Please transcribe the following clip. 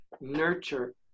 Nurture